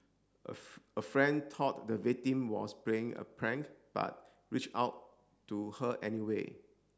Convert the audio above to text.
a a friend thought the victim was playing a prank but reached out to her anyway